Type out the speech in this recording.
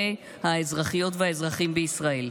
האזרחיות והאזרחים בישראל.